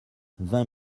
vingt